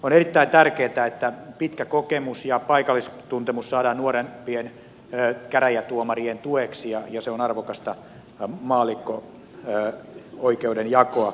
on erittäin tärkeätä että pitkä kokemus ja paikallistuntemus saadaan nuorempien käräjätuomarien tueksi ja se on arvokasta maallikko oikeudenjakoa